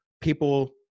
people